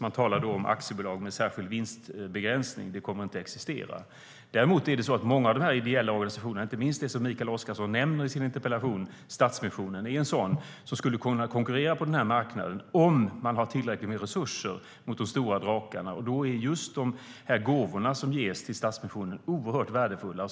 Man talar om aktiebolag med särskild vinstbegränsning. Det kommer inte att existera. Däremot är det så att många av de ideella organisationerna, inte minst Stadsmissionen som Mikael Oscarsson nämner i sin interpellation, skulle kunna konkurrera på den här marknaden om de hade tillräckligt med resurser mot de stora drakarna. Då är just de gåvor som ges till Stadsmissionen oerhört värdefulla.